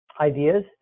ideas